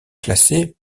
classée